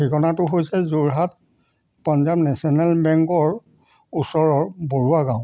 ঠিকনাটো হৈছে যোৰহাট পঞ্জাৱ নেশ্যনেল বেংকৰ ওচৰৰ বৰুৱা গাঁও